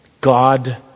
God